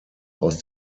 aus